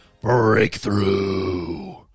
breakthrough